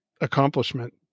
accomplishment